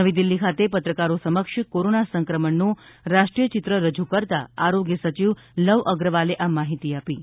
નવી દિલ્ફી ખાતે પત્રકારો સમક્ષ કોરોના સંક્રમણનું રાષ્ટ્રીય ચિત્ર રજૂ કરતાં આરોગ્ય સચિવ લવ અગ્રવાલે આ માહિતી આપી હતી